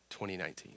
2019